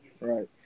Right